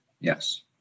Yes